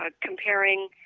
comparing